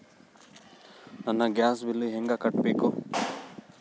ನನ್ನ gas bill ಹೆಂಗ ಕಟ್ಟಬೇಕು?